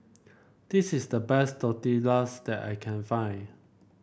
this is the best Tortillas that I can find